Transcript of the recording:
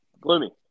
gloomy